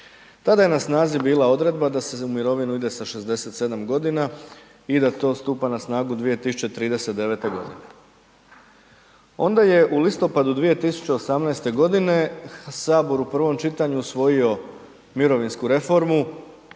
Tada je na snazi bila odredba da se za mirovinu ide sa 67 godina i da to stupa na snagu 2039. godine. Onda je u listopadu 2018. godine sabor u prvom čitanju usvojio mirovinsku reformu,